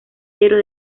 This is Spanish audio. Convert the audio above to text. pero